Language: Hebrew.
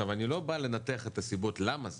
אני לא בא לנתח את הסיבות למה זה,